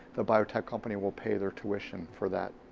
the biotech company will pay their tuition for that,